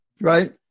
right